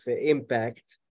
impact